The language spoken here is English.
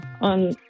on